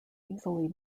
easily